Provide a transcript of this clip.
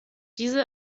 diese